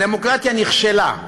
הדמוקרטיה נכשלה.